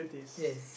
yes